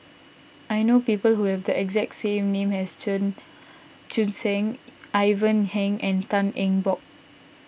I know people who have the exact same name as Chen Ivan Heng and Tan Eng Bock